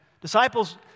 disciples